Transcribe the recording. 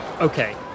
Okay